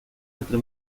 entre